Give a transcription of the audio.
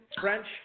French